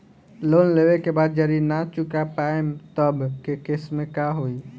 Loan लेवे के बाद जड़ी ना चुका पाएं तब के केसमे का होई?